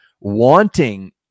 wanting